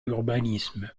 urbanisme